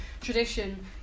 tradition